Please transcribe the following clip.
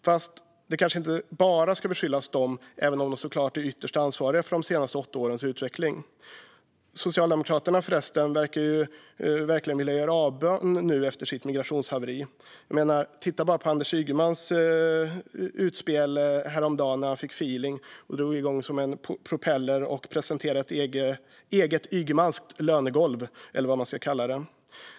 Fast det kanske inte bara är de som ska beskyllas för detta, även om de såklart är ytterst ansvariga för de senaste åtta årens utveckling. Socialdemokraterna verkar förresten verkligen vilja göra avbön efter sitt migrationshaveri. Titta bara på Anders Ygemans utspel häromdagen när han fick feeling och drog igång som en propeller och presenterade ett eget ygemanskt lönegolv, eller vad man ska kalla det.